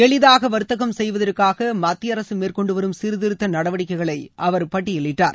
எளிதாக வர்த்தகம் செய்வதற்காக மத்திய அரசு மேற்கொண்டுவரும் சீர்த்திருத்த நடவடிக்கைகளை அவர் பட்டியலிட்டார்